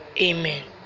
Amen